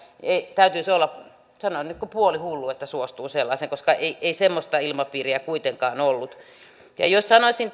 täytyisi olla kuin puolihullu että suostuu sellaiseen ei ei semmoista ilmapiiriä kuitenkaan ollut ja jos sanoisin